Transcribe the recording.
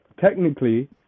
technically